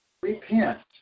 Repent